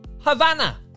Havana